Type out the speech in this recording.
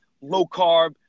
low-carb